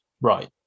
right